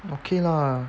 okay lah